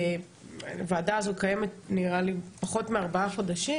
הוועדה הזאת קיימת נראה לי פחות מארבעה חודשים.